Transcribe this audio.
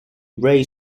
ray